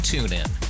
TuneIn